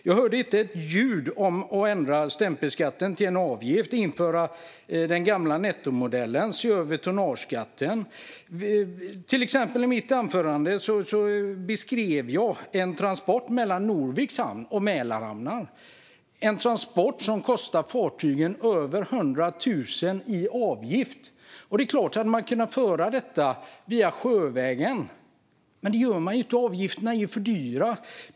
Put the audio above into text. Jag hörde inte ett ljud om att ändra stämpelskatten till en avgift, införa den gamla nettomodellen eller se över tonnageskatten. I mitt anförande beskrev jag en transport mellan Norviks hamn och Mälarhamnar - en transport som kostar fartygen över 100 000 kronor i avgift. Man hade kunnat göra denna transport sjövägen, men det gör man inte, för avgifterna är för höga.